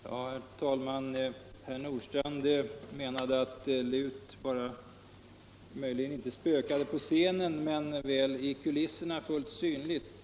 Herr talman! Herr Nordstrandh menade att LUT möjligen inte spökade på scenen men väl i kulisserna fullt synligt.